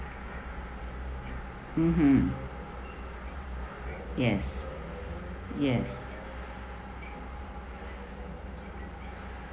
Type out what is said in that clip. mmhmm yes yes